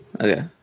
Okay